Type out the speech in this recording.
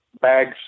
bags